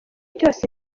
cyose